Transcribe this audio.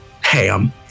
ham